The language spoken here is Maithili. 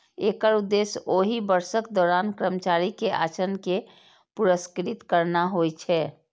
एकर उद्देश्य ओहि वर्षक दौरान कर्मचारी के आचरण कें पुरस्कृत करना होइ छै